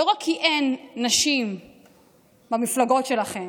לא רק כי אין נשים במפלגות שלכם,